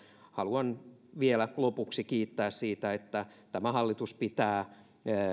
haluan vielä lopuksi kiittää siitä että tämä hallitus pitää